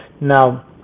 Now